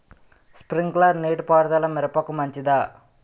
Sprinkler నీటిపారుదల మిరపకు మంచిదా?